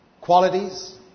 qualities